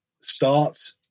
start